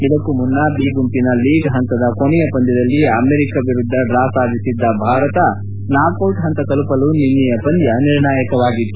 ಇದಕ್ಕೂ ಮುನ್ನ ಬಿ ಗುಂಪಿನ ಲೀಗ್ ಹಂತದ ಕೊನೆಯ ಪಂದ್ಲದಲ್ಲಿ ಅಮೆರಿಕಾ ವಿರುದ್ದ ಡ್ರಾ ಸಾಧಿಸಿದ್ದ ಭಾರತ ನಾಕೌಟ್ ಹಂತ ತಲುಪಲು ನಿನ್ನೆಯ ಪಂದ್ಯ ನಿರ್ಣಾಯಕವಾಗಿತ್ತು